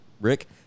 rick